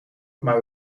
maar